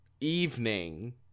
evening